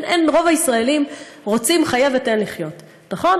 רוב הישראלים רוצים "חיה ותן לחיות", נכון?